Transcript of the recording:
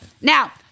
Now